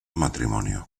matrimonio